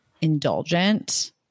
indulgent